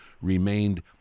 remained